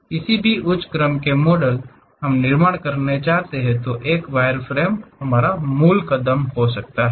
किसी भी उच्च क्रम के मॉडल हम निर्माण करना चाहते हैं तो एक वायरफ्रेम मूल कदम है